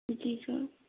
जी sir